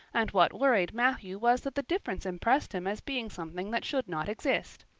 and what worried matthew was that the difference impressed him as being something that should not exist.